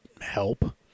help